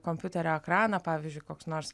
kompiuterio ekraną pavyzdžiui koks nors